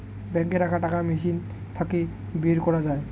বাঙ্কে রাখা টাকা মেশিন থাকে বের করা যায়